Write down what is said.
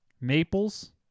Maples